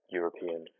European